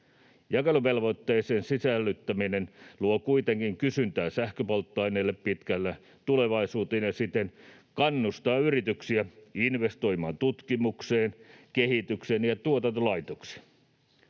Jakeluvelvoitteeseen sisällyttäminen luo kuitenkin kysyntää sähköpolttoaineille pitkälle tulevaisuuteen ja siten kannustaa yrityksiä investoimaan tutkimukseen, kehitykseen ja tuotantolaitoksiin.